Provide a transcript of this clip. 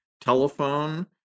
telephone